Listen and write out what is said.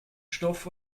stoff